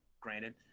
granted